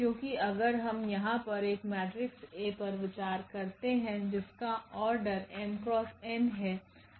क्योंकि अगर हम यहाँ पर एक मेट्रिक्स A पर विचार करते है जिसका आर्डर 𝑚×𝑛है